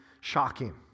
shocking